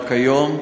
רק היום,